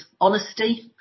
honesty